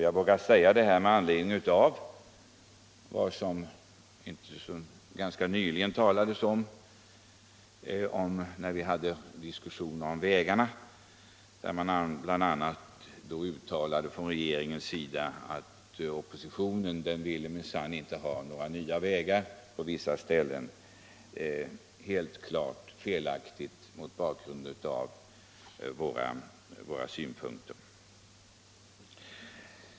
Jag vågar säga detta med anledning av vad som ganska nyligen sades när vi hade en diskussion om vägarna. Då uttalade man bl.a. från regeringens sida att oppositionen minsann inte vill ha några nya vägar på vissa ställen — helt klart felaktigt mot bakgrund av våra synpunkter.